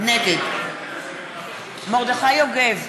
נגד מרדכי יוגב,